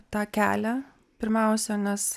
tą kelią pirmiausia nes